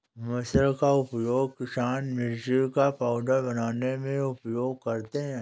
मुसल का उपयोग किसान मिर्ची का पाउडर बनाने में उपयोग करते थे